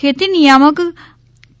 ખેતી નિયામક કે